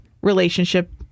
relationship